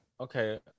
Okay